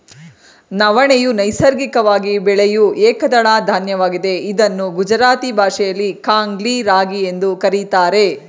ನವಣೆಯು ನೈಸರ್ಗಿಕವಾಗಿ ಬೆಳೆಯೂ ಏಕದಳ ಧಾನ್ಯವಾಗಿದೆ ಇದನ್ನು ಗುಜರಾತಿ ಭಾಷೆಯಲ್ಲಿ ಕಾಂಗ್ನಿ ರಾಗಿ ಎಂದು ಕರಿತಾರೆ